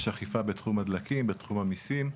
יש אכיפה בתחום הדלקים, בתחום המיסים,